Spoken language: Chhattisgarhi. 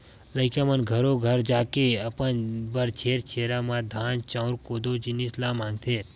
लइका मन घरो घर जाके अपन बर छेरछेरा म धान, चाँउर, कोदो, जिनिस ल मागथे